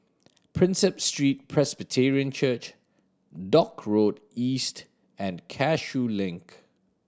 Prinsep Street Presbyterian Church Dock Road East and Cashew Link